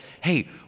hey